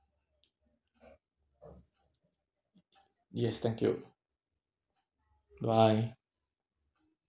yes thank you bye